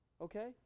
okay